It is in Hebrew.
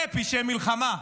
אלה פשעי מלחמה,